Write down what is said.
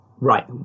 right